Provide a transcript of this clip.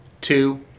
two